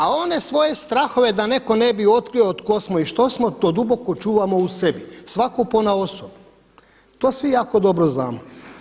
A one svoje strahove da netko ne bi otkrio tko smo i što smo to duboko čuvamo u sebi svatko ponaosob, to svi jako dobro znamo.